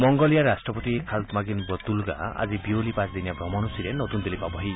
মংগোলীয়াৰ ৰাট্টপতি Khaltmaagiin Battulga আজি বিয়লি পাঁচদিনীয়া ভ্ৰমণ সূচীৰে নতুন দিল্লী পাবহি